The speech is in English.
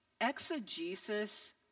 exegesis